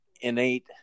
innate